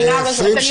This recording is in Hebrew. --- מאמינה לזה.